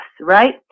right